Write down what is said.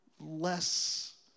less